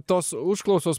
tos užklausos